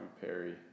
Perry